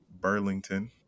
Burlington